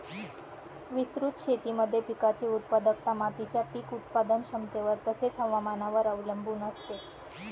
विस्तृत शेतीमध्ये पिकाची उत्पादकता मातीच्या पीक उत्पादन क्षमतेवर तसेच, हवामानावर अवलंबून असते